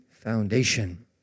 foundation